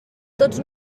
tots